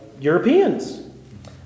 Europeans